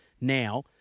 now